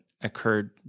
occurred